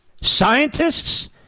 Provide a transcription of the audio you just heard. scientists